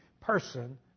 person